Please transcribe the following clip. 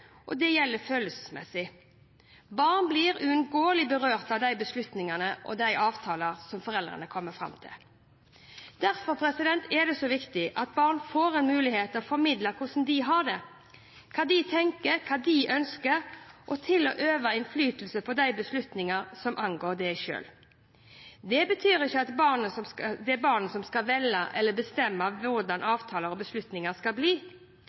og det følelsesmessige. Barn blir uunngåelig berørt av de beslutningene og de avtalene foreldrene kommer fram til. Derfor er det så viktig at barn får en mulighet til å formidle hvordan de har det – hva de tenker, og hva de ønsker – og til å øve innflytelse på de beslutningene som angår dem selv. Det betyr ikke at det er barnet som skal velge eller bestemme hvordan avtaler og beslutninger skal bli,